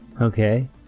Okay